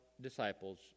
disciples